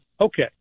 okay